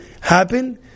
happen